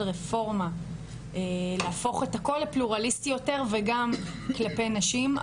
רפורמה להפוך את הכול לפלורליסטי יותר וגם כלפי נשים.